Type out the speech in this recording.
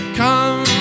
come